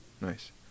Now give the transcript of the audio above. Nice